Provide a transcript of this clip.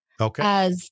Okay